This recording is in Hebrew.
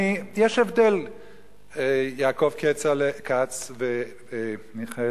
יש הבדל בין חברי הכנסת יעקב כץ ומיכאל